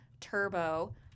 Turbo